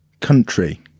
country